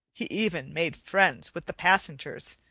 he even made friends with the passengers,